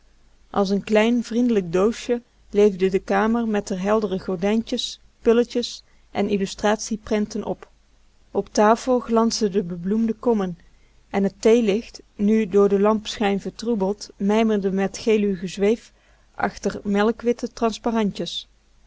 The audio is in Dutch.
als n klein vriendelijk doosje leefde de kamer met r heldere gordijntjes pulletjes en illustratieprenten op op tafel glansden de bebloemde kommen en t theelicht nu door den lampschijn vertroebeld mijmerde met geluw gezweef achter melkwitte transparantj